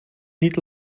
niet